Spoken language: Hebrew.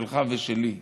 שלך ושלי,